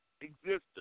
existence